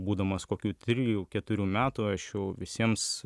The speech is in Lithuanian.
būdamas kokių trijų keturių metų aš jau visiems